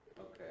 Okay